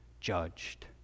judged